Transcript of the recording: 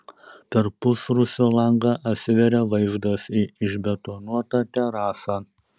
per pusrūsio langą atsiveria vaizdas į išbetonuotą terasą